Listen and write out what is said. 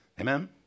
Amen